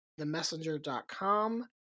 TheMessenger.com